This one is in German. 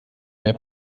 mehr